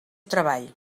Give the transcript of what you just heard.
treball